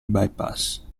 bypass